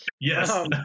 Yes